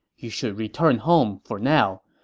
you should return home for now.